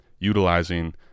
utilizing